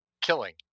Killing